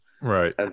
right